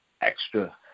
extra